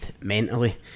mentally